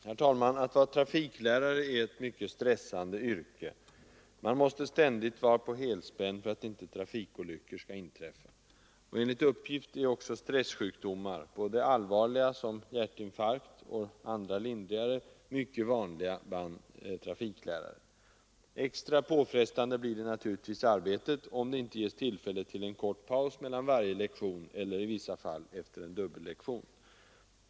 Herr talman! Att vara trafiklärare är ett mycket stressande yrke. Man måste ständigt vara på helspänn för att inte trafikolyckor skall inträffa. Enligt uppgift är också stressjukdomar — både allvarliga, som hjärtinfarkt, och lindrigare — mycket vanliga bland trafiklärare. Extra påfrestande blir naturligtvis arbetet, om det inte ges tillfälle till en kort paus mellan varje lektion eller i vissa fall efter en dubbellektion.